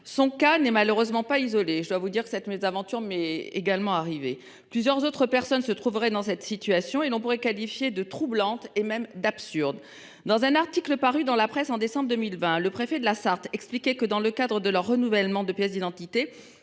Son cas n'est malheureusement pas isolé. Je dois vous dire que cette mésaventure m'est également arrivée, et plusieurs autres personnes se trouveraient dans cette situation, que l'on peut qualifier de troublante, voire d'absurde. Dans un article paru dans la presse en décembre 2020, le préfet de la Sarthe expliquait que, pour le renouvellement de leurs pièces d'identité,